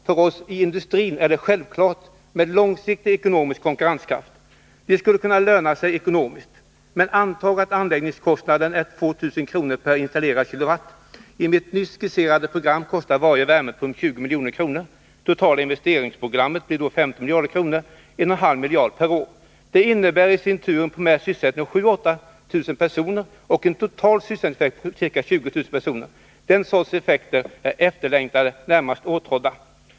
För oss i industrin är det självklart med långsiktig ekonomisk konkurrenskraft. De skall kunna löna sig ekonomiskt! Men antag, att anläggningskostnaderna är 2 000 kronor per installerad kilowatt. I mitt nyss skisserade program kostar varje värmepump 20 miljoner kronor. Totala investeringsprogrammet blir därmed 15 miljarder kronor, eller 1,5 miljarder per år. Detta innebär i sin tur en primär sysselsättning för 7 000 å 000 personer och en total sysselsättningseffekt om kanske 20 000. Den sortens effekter är efterlängtade, närmast åtrådda.